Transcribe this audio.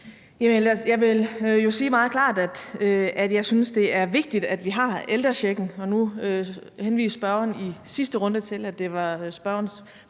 Jeg vil jo sige meget klart, at jeg synes, det er vigtigt, at vi har ældrechekken. Nu henviste spørgeren i sidste runde til, at det var spørgerens